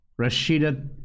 Rashida